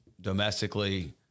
domestically